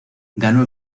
ganó